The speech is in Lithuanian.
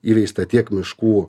įveista tiek miškų